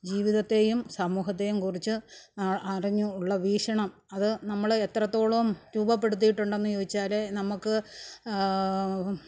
ജീവിതത്തെയും സമൂഹത്തെയും കുറിച്ച് അറിഞ്ഞ് ഉള്ള വീക്ഷണം അതു നമ്മൾ എത്രത്തോളം രൂപപ്പെടുത്തിയിട്ടുണ്ടെന്ന് ചോയിച്ചാൽ നമ്മൾക്ക്